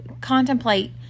contemplate